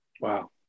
Wow